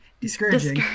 Discouraging